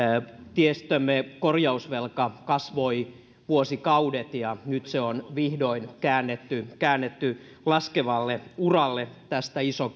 tiestömme korjausvelka kasvoi vuosikaudet ja nyt se on vihdoin käännetty käännetty laskevalle uralle tästä iso